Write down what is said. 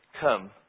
come